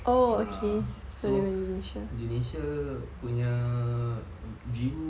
ah ah so indonesia punya view